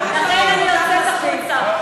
לכן אני יוצאת החוצה.